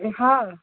हा